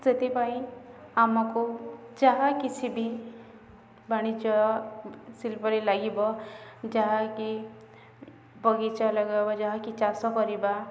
ସେଥିପାଇଁ ଆମକୁ ଯାହା କିଛି ବି ବାଣିଜ୍ୟ ଶିଳ୍ପରେ ଲାଗିବ ଯାହାକି ବଗିଚା ଲଗେଇବ ଯାହାକି ଚାଷ କରିବା